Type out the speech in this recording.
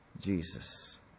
Jesus